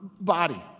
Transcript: body